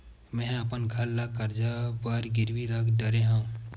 मेहा अपन घर ला कर्जा बर गिरवी रख डरे हव